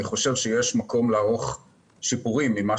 אני חושב שיש מקום לערוך שיפורים במה